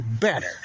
better